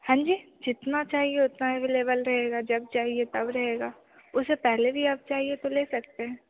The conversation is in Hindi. हाँ जी जितना चाहिए उतना अवैलेबल रहेगा जब चाहिए तब रहेगा उसे पहले भी आप चाहिए तो ले सकते हैं